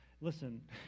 listen